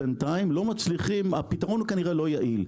לא יעיל.